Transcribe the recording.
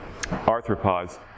arthropods